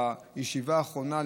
בישיבה האחרונה,